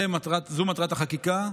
זו מטרת החקיקה.